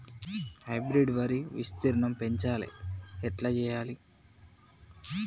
Hybrid వరి విస్తీర్ణం పెంచాలి ఎట్ల చెయ్యాలి?